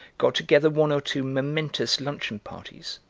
got together one or two momentous luncheon parties,